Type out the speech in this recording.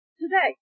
today